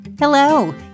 Hello